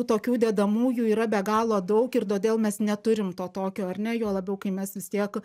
tokių dedamųjų yra be galo daug ir todėl mes neturim to tokio ar ne juo labiau kai mes vis tiek